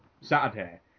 Saturday